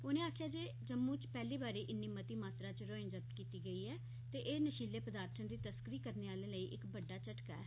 उनें आक्खेआ जे जम्मू इच पैहली बारी इन्नी मती यात्रा इच हेरोइन जब्त कीती गेई ऐ ते एह नशीले पदार्थे दी तस्करी करने आलें लेई इक बड्डा झटका ऐ